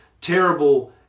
terrible